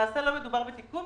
למעשה לא מדובר בתיקון.